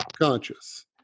conscious